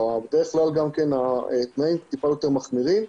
בדרך כלל התנאים מעט יותר מחמירים.